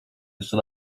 jeszcze